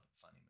funny